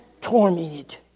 tormented